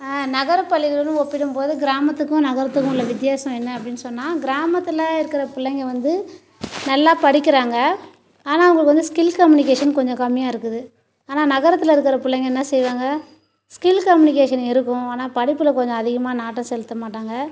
நகரப் பள்ளிகளுடன் ஒப்பிடும் போது கிராமத்துக்கும் நகரத்துக்கும் உள்ள வித்தியாசம் என்ன அப்படின் சொன்னால் கிராமத்தில் இருக்கிற பிள்ளைங்க வந்து நல்லா படிக்கிறாங்க ஆனால் அவங்களுக்கு வந்து ஸ்கில் கம்னிகேஷன் கொஞ்சம் கம்மியாக இருக்குது ஆனால் நகரத்தில் இருக்கிற பிள்ளைங்க என்ன செய்வாங்க ஸ்கில் கம்னிகேஷன் இருக்கும் ஆனால் படிப்பில் கொஞ்சம் அதிகமாக நாட்டம் செலுத்தமாட்டாங்கள்